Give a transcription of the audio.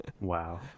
Wow